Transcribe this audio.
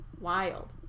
wild